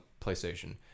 playstation